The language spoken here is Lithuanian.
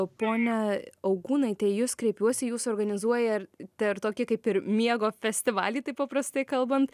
ponia augūnaite į jus kreipiuosi jūs organizuojar te ir tokį kaip ir miego festivalį taip paprastai kalbant